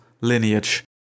lineage